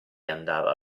andava